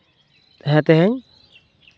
ᱦᱮᱸ ᱛᱮᱦᱮᱧ